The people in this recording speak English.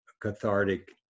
cathartic